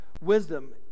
wisdom